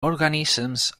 organisms